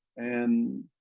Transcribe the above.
and,